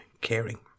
caring